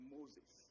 Moses